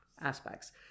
aspects